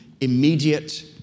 immediate